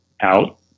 out